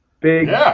big